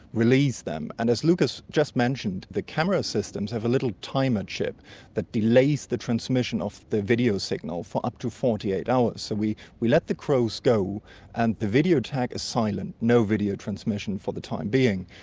release them, and, as lucas just mentioned, the camera systems have a little timer chip that delays the transmission of the video signal for up to forty eight hours. so we we let the crows go and the video tag is silent, no video transmission for the time being.